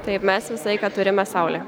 taip mes visą laiką turime saulę